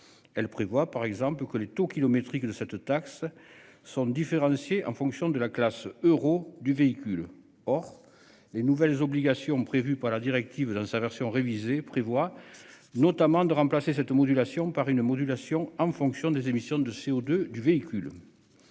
Elle prévoit par exemple que les taux kilométrique de cette taxe sont différenciés en fonction de la classe euro du véhicule. Or les nouvelles obligations prévues par la directive dans sa version révisée prévoit notamment de remplacer cette modulation par une modulation en fonction des émissions de CO2 du véhicule.